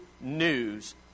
news